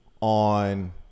on